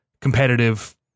competitive